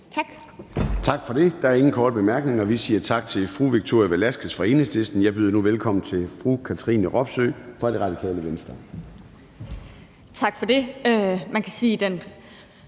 Gade): Der er ingen korte bemærkninger. Vi siger tak til fru Victoria Velasquez fra Enhedslisten. Jeg byder nu velkommen til fru Katrine Robsøe fra Radikale Venstre. Kl. 11:17 (Ordfører)